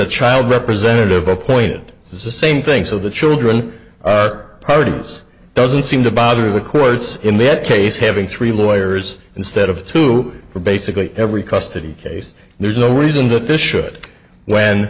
a child representative appointed this is the same thing so the children produce doesn't seem to bother the courts in this case having three lawyers instead of two for basically every custody case there's no reason that this should when